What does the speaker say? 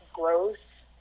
growth